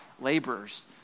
laborers